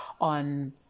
on